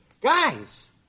Guys